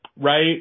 right